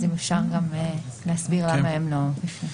אם אפשר גם להסביר למה הן לא בפנים.